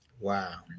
Wow